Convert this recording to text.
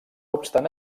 obstant